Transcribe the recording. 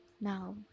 Now